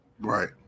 Right